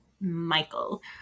Michael